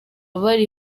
bari